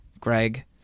Greg